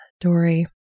Dory